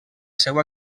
seva